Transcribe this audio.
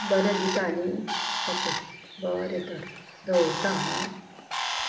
बरें दिता न्ही ओके बरें तर दवरता हा